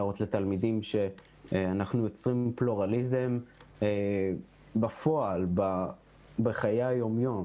להראות לתלמידים שאנחנו יוצרים פלורליזם בפועל בחיי היום-יום,